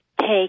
take